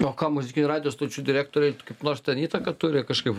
o ką muzikinių radijo stočių direktoriai kaip nors ten įtaką turi kažkaip